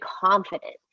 confident